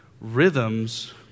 rhythms